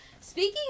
Speaking